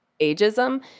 ageism